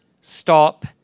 stop